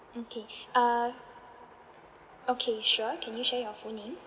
okay err okay sure can you share your full name